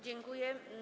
Dziękuję.